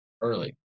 early